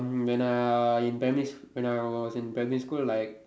when I in primary sch~ when I was in primary school like